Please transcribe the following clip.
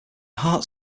heart